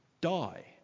die